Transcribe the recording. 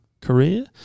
career